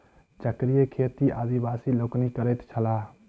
चक्रीय खेती आदिवासी लोकनि करैत छलाह